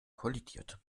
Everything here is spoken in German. kollidiert